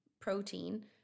protein